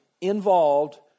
involved